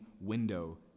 window